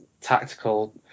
tactical